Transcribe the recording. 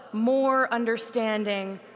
more understanding,